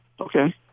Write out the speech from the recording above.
Okay